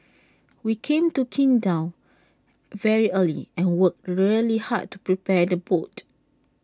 we came to Qingdao very early and worked really hard to prepare the boat